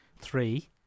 three